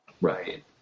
Right